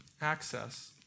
Access